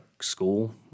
school